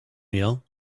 meal